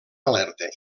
alerta